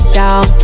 down